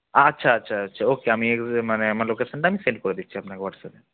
আচ্ছা আচ্ছা আচ্ছা ওকে আমি মানে আমার লোকেসানটা আমি সেন্ড করে দিচ্ছি আপনাকে হোয়াটসঅ্যাপে